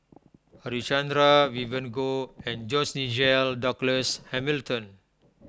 Harichandra Vivien Goh and George Nigel Douglas Hamilton